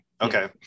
Okay